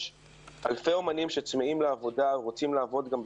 יש אלפי אומנים שצמאים לעבודה ורוצים לעבוד גם בחינוך,